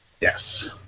Yes